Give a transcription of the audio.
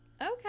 Okay